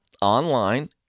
online